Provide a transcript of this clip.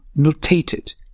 notated